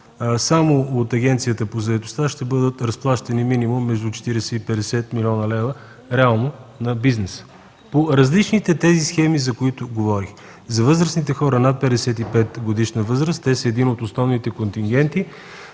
само от Агенцията по заетостта реално ще бъдат разплащани минимум около 40-50 млн. лв. на бизнеса по различните схеми, за които говорих. За възрастните хора над 55-годишна възраст. Те са един от основните контингенти